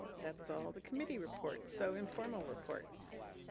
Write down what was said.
that's all of the committee reports. so, informal reports.